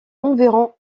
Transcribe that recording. environ